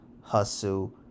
hustle